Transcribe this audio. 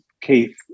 Keith